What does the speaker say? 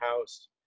house